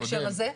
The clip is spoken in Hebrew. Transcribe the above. בהקשר הזה?